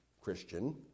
Christian